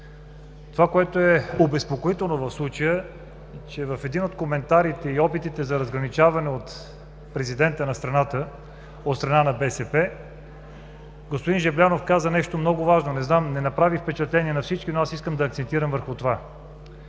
Това, което е обезпокоително в случая, е, че в един от коментарите, в опитите за разграничаване от президента на страната от страна на БСП, господин Жаблянов каза нещо много важно. Не направи впечатление на всички, но аз искам да акцентирам върху това.